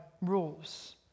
rules